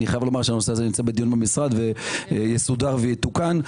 הנושא הזה נמצא בדיון במשרד ויסודר ויתוקן.